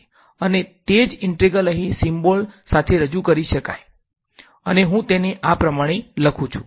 અને તે જ ઇન્ટેગ્રલ અહીં સીમ્બોલ સાથે રજૂ કરી શકાય અને હું તેને આ પ્રમાણે લખું છું